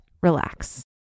relax